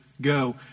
Go